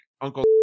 Uncle